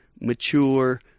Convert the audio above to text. mature